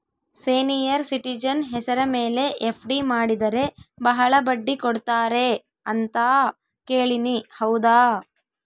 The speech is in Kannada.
ಸೇನಿಯರ್ ಸಿಟಿಜನ್ ಹೆಸರ ಮೇಲೆ ಎಫ್.ಡಿ ಮಾಡಿದರೆ ಬಹಳ ಬಡ್ಡಿ ಕೊಡ್ತಾರೆ ಅಂತಾ ಕೇಳಿನಿ ಹೌದಾ?